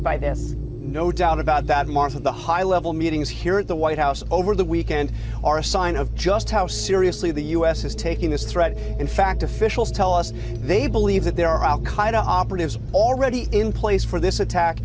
by this no doubt about that more of the high level meetings here at the white house over the weekend or a sign of just how seriously the u s is taking this threat in fact officials tell us they believe that there are al qaeda operatives already in place for this attack